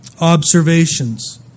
Observations